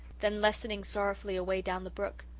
then lessening sorrowfully away down the brook.